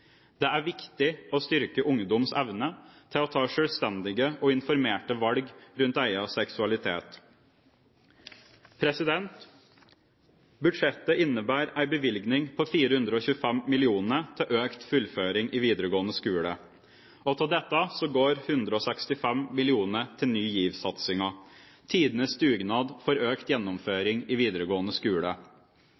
Det er viktig å styrke ungdoms evne til å ta selvstendige og informerte valg rundt egen seksualitet. Budsjettet innebærer en bevilgning på 425 mill. kr til økt fullføring i videregående skole. Av dette går 165 mill. kr til Ny GIV-satsingen – tidenes dugnad for økt